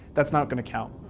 that's not gonna count,